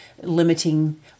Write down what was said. limiting